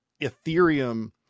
Ethereum